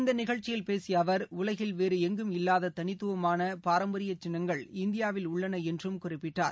இந்தநிகழ்ச்சியில் பேசியஅவர் உலகில் வேறு ளங்கும் இல்லாததனித்துவமானபாரம்பரியசின்னங்கள் இந்தியாவில் உள்ளனஎன்றும் குறிப்பிட்டார்